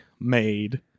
made